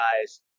guys